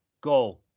go